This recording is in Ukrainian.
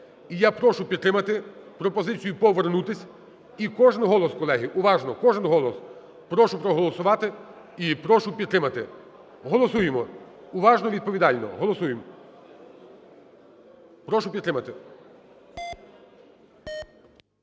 я прошу підтримати пропозицію повернутися. І кожен голос, колеги, уважно кожен голос прошу проголосувати і прошу підтримати, голосуємо уважно, відповідально, голосуємо. Прошу підтримати.